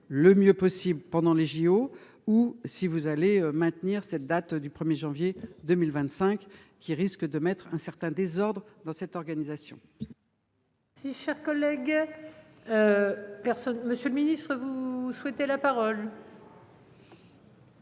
le mieux possible pendant les JO ou si vous allez maintenir cette date du 1er janvier 2025, qui risque de mettre un certain désordre dans cette organisation. Si cher collègue. Personne. Monsieur le Ministre, vous souhaitez la parole.